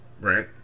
right